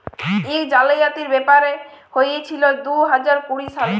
ইক জালিয়াতির ব্যাপার হঁইয়েছিল দু হাজার কুড়ি সালে